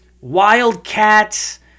wildcats